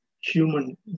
human